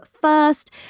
first